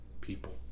people